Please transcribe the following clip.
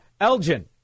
Elgin